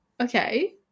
Okay